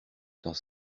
dans